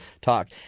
talk